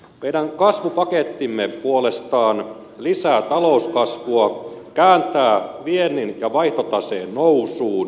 meidän kasvupakettimme puolestaan lisää talouskasvua kääntää viennin ja vaihtotaseen nousuun